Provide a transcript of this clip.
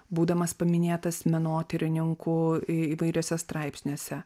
būdamas paminėtas menotyrininkų įvairiuose straipsniuose